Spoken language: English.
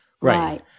right